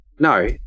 No